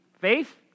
Faith